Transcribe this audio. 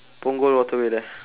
punggol waterway there